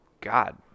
God